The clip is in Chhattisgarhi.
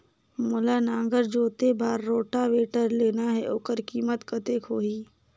मोला नागर जोते बार रोटावेटर लेना हे ओकर कीमत कतेक होही?